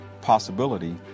possibility